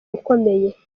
ukomeye